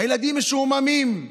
הילדים משועממים,